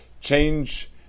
change